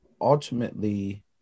ultimately